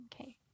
okay